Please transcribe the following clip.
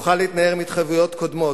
נוכל להתנער מהתחייבויות קודמות.